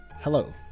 Hello